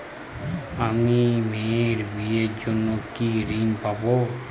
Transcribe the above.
আমি মেয়ের বিয়ের জন্য কি ঋণ পাবো?